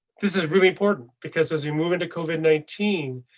this is really important because as you move into covid nineteen,